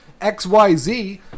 XYZ